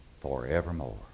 forevermore